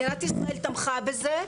מדינת ישראל תמכה בזה,